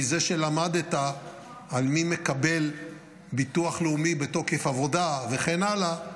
מזה שלמדת על מי מקבל ביטוח לאומי מתוקף עבודה וכן הלאה,